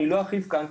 אני לא ארחיב כאן.